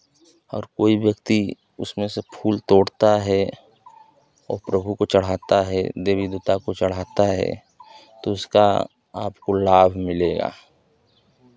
और कोई व्यक्ति उसमें से फूल तोड़ता है और प्रभु को चढ़ाता है देवी देवता को चढ़ाता है तो उसका आपको लाभ मिलेगा